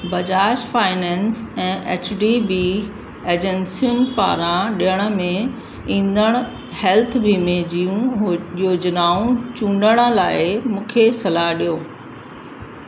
Bajaj finance ऐं H D B एजेंसियुनि पारां ॾियण में ईंदड़ु हेल्थ बीमे जूं उहे योजनाऊं चूंडण लाइ मूंखे सलाह ॾियो